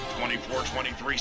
24-23